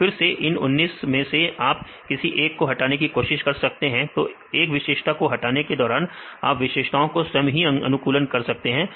तो फिर से इन 19 मैं से आप किसी एक को हटाने की कोशिश कर सकते हैं तो एक विशेषता को हटाने के दौरान आप विशेषताओं को स्वयं ही अनुकूलन कर सकते हैं